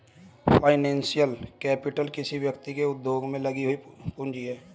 financial capital किसी व्यक्ति के उद्योग में लगी हुई पूंजी है